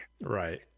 right